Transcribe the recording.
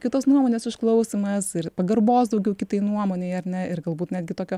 kitos nuomonės išklausymas ir pagarbos daugiau kitai nuomonei ar ne ir galbūt netgi tokio